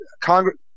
Congress